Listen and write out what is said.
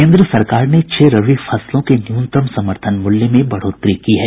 केन्द्र सरकार ने छह रबी फसलों के न्यूनतम समर्थन मूल्य में बढ़ोतरी की है